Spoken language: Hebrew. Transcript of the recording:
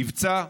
מבצע,